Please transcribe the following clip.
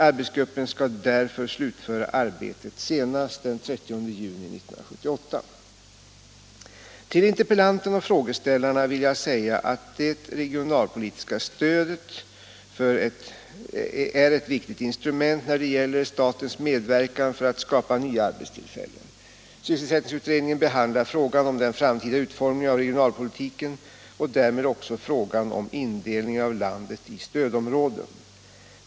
Arbetsgruppen skall därför slutföra arbetet senast den 30 juni 1978. Till interpellanten och frågeställarna vill jag säga att det regionalpolitiska stödet är ett viktigt instrument när det gäller statens medverkan för att skapa nya arbetstillfällen. Sysselsättningsutredningen behandlar frågan om den framtida utformningen av regionalpolitiken och därmed också frågan om indelningen av landet i stödområden.